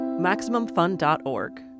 MaximumFun.org